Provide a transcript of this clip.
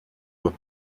were